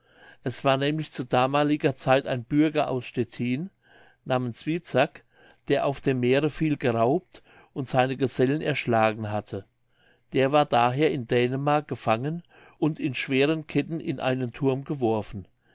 es war nämlich zu damaliger zeit ein bürger aus stettin namens witsak der auf dem meere viel geraubt und seine gesellen erschlagen hatte der war daher in dänemark gefangen und in schweren ketten in einen thurm geworfen